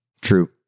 True